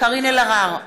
קארין אלהרר,